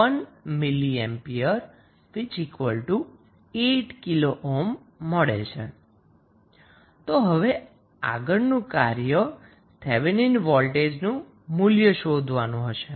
તો હવે આગળનું કાર્ય થેવેનિન વોલ્ટેજનું મૂલ્ય શોધવાનું હશે